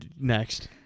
next